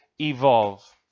evolve